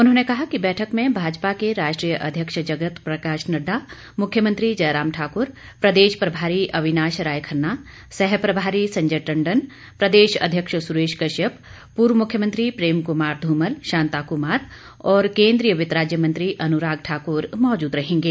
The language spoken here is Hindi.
उन्होंने कहा कि बैठक में भाजपा के राष्ट्रीय अध्यक्ष जगत प्रकाश नड्डा मुख्यमंत्री जयराम ठाकुर प्रदेश प्रभारी अविनाश राय खन्ना सह प्रभारी संजय टंडन प्रदेश अध्यक्ष सुरेश कश्यप पूर्व मुख्यमंत्री प्रेम कुमार धूमल शांता कुमार और केन्द्रीय वित्त राज्य मंत्री अनुराग ठाकुर मौजूद रहेंगे